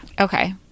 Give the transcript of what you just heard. Okay